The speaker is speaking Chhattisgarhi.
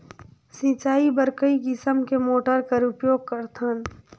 सिंचाई बर कई किसम के मोटर कर उपयोग करथन?